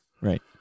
Right